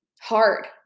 hard